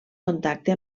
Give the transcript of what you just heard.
contacte